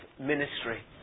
ministry